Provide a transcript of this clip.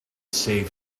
saved